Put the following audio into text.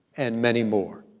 and many more.